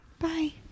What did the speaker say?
Bye